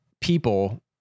people